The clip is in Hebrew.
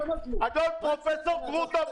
אדון פרופ' גרוטו.